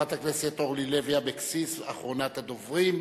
חברת הכנסת אורלי לוי אבקסיס, אחרונת הדוברים.